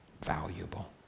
valuable